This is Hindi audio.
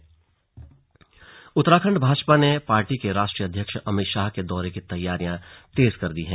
स्लग अमित शाह उत्तराखंड भाजपा ने पार्टी के राष्ट्रीय अध्यक्ष अमित शाह के दौरे की तैयारियां तेज कर दी हैं